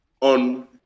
on